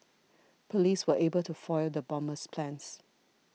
police were able to foil the bomber's plans